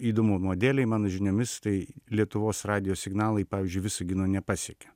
įdomumo dėlei mano žiniomis tai lietuvos radijo signalai pavyzdžiui visagino nepasiekia